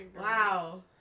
Wow